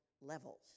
levels